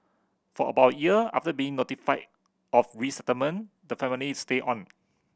for about a year after being notified of resettlement the family stayed on